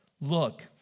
Look